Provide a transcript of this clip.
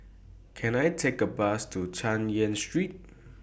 Can I Take A Bus to Chay Yan Street